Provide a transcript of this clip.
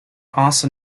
also